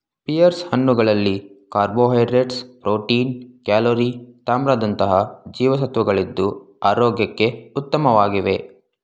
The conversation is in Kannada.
ಪಿಯರ್ಸ್ ಹಣ್ಣುಗಳಲ್ಲಿ ಕಾರ್ಬೋಹೈಡ್ರೇಟ್ಸ್, ಪ್ರೋಟೀನ್, ಕ್ಯಾಲೋರಿ ತಾಮ್ರದಂತಹ ಜೀವಸತ್ವಗಳಿದ್ದು ಆರೋಗ್ಯಕ್ಕೆ ಉತ್ತಮವಾಗಿದೆ